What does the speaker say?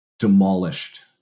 demolished